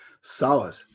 Solid